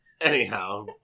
Anyhow